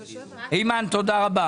תודה.